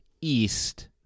east